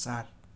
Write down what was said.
चार